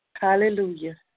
Hallelujah